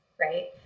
right